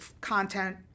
content